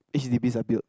H_D_Bs are built